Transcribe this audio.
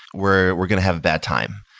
we're we're going to have a bad time.